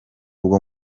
bwo